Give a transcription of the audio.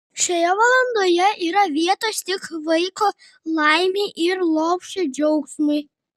šioje valandoje yra vietos tik vaiko laimei ir lopšio džiaugsmui